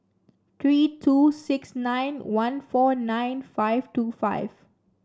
three two six nine one four nine five two five